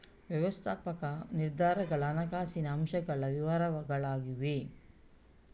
ವ್ಯವಸ್ಥಾಪಕ ನಿರ್ಧಾರಗಳ ಹಣಕಾಸಿನ ಅಂಶಗಳ ವಿವರಗಳಾಗಿವೆ